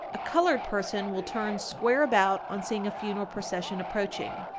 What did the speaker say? a colored person will turn square about on seeing a funeral procession approaching.